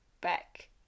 back